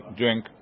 drink